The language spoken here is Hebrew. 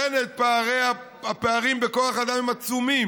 הפערים בכוח אדם עצומים